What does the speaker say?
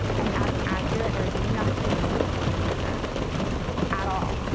and as an actor, there is nothing more freeing than that at all.